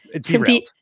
Derailed